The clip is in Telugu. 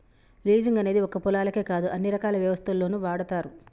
లీజింగ్ అనేది ఒక్క పొలాలకే కాదు అన్ని రకాల వ్యవస్థల్లోనూ వాడతారు